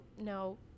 no